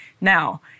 Now